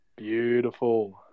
Beautiful